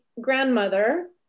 grandmother